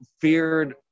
feared